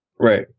Right